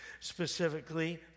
specifically